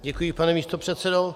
Děkuji, pane místopředsedo.